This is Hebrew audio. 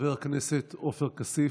חבר הכנסת עופר כסיף,